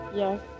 Yes